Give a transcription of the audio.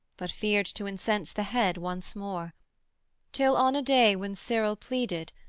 but feared to incense the head once more till on a day when cyril pleaded,